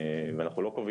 שבעצם